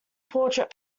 portrait